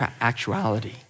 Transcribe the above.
actuality